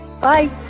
bye